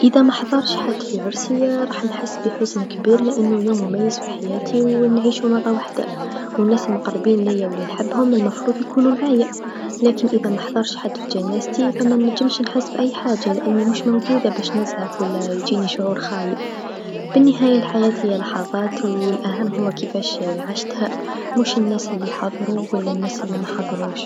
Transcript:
إذا محضرش حد في عرسي راح نحس بحزن كبير لأنو يوم مميز في حياتي و نعيشو مرا وحدا، و الناس لمقربين ليا و لنحبهم مفروض يكونو معايا، لكن إذا محضرش حد في جنازتي فمنجمش نحاسب أي حاجه لأني مش موجوده باش نزعف و لا يجيني شعور خايب، بالنهايه الحياة هي اللحظات و الأهم هو كيفاش عشتها، مش الناس لحضرو و ناس لمحضروش.